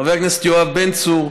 חבר הכנסת יואב בן צור,